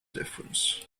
difference